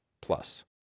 Plus